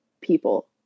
people